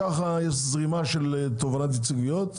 כך יש זרימה של תובענות ייצוגיות,